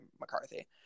McCarthy